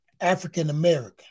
African-American